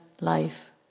life